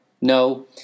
No